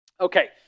Okay